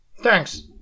Thanks